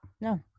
No